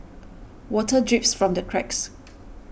water drips from the cracks